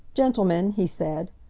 gentlemen, he said,